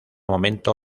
momento